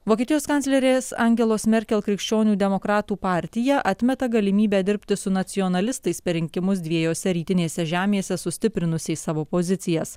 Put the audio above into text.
vokietijos kanclerės angelos merkel krikščionių demokratų partija atmeta galimybę dirbti su nacionalistais per rinkimus dviejose rytinėse žemėse sustiprinusiais savo pozicijas